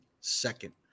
second